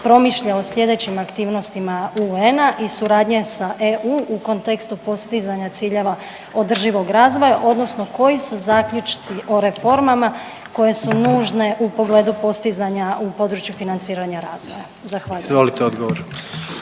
promišlja o slijedećim aktivnostima UN-a i suradnje sa EU u kontekstu postizanja ciljeva održivog razvoja odnosno koji su zaključci o reformama koje su nužne u pogledu postizanja u području financiranja razvoja, zahvaljujem. **Jandroković,